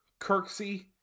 Kirksey